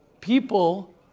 people